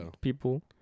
people